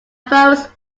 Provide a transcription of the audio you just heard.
phones